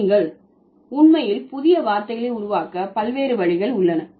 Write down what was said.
நீங்கள் உண்மையில் புதிய வார்த்தைகளை உருவாக்க பல்வேறு வழிகள் உள்ளன